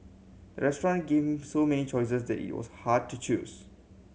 restaurant gave so many choices that it was hard to choose